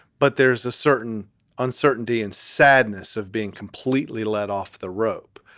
but there is a certain uncertainty and sadness of being completely led off the rope,